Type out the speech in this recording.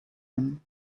him